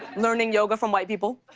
learning yoga from white people.